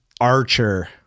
archer